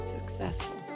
successful